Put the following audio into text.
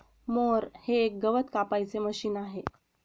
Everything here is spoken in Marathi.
मोअर हे एक गवत कापायचे मशीन आहे